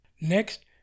Next